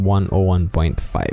101.5